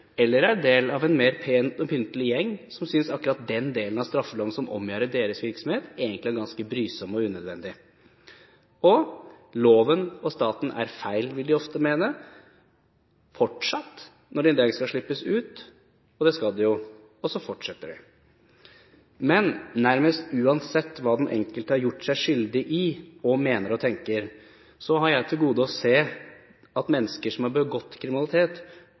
eller er del av en mer pen og pyntelig gjeng som synes akkurat den delen av straffeloven som omgjerder deres virksomhet, egentlig er ganske brysom og unødvendig. Det er loven og staten det er noe feil med, vil de ofte fortsatt mene når de en dag slippes ut – og det skal de jo. Så fortsetter de. Men nærmest uansett hva den enkelte har gjort seg skyldig i – og mener og tenker – har jeg til gode å se at et menneske som har begått kriminalitet,